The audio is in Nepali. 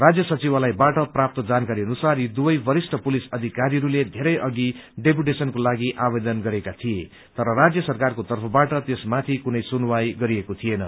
राज्य सचिवालयबाट प्राप्त जानकारी अनुसार यी दुवै वरिष्ठ पुलिस अधिकारीहरूले घेरै अधि डेपुटेशनको लागि आवेदन गरेका थिए तर राज्य सरकारले त्यसमाथि कुनै सुनवाई गरेको थिएन